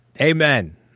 Amen